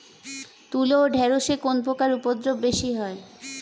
তুলো ও ঢেঁড়সে কোন পোকার উপদ্রব বেশি হয়?